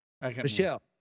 Michelle